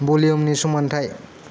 भलिउमनि समान्थाइ